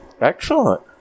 Excellent